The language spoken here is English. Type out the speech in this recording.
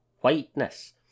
whiteness